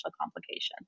complications